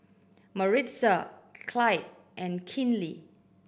Maritza Clyde and Kinley